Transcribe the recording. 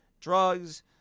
drugs